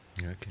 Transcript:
Okay